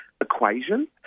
equation